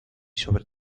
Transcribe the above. sobre